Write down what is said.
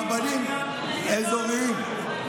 רבנים אזוריים,